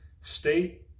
state